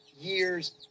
years